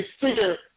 fear